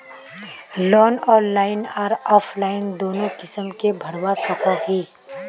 Loan online आर offline दोनों किसम के भरवा सकोहो ही?